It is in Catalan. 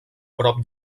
prop